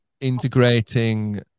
integrating